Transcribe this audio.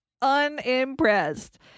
unimpressed